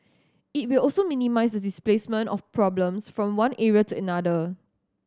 it will also minimise the displacement of problems from one area to another